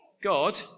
God